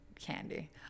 candy